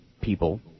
people